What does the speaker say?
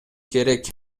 керек